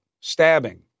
stabbing